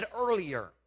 earlier